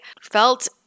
felt